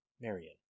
Marion